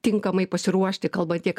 tinkamai pasiruošti kalbant tiek